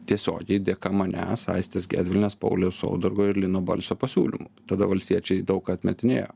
tiesiogiai dėka manęs aistės gedvilienės pauliaus saudargo ir lino balsio pasiūlymų tada valstiečiai daug atmetinėjo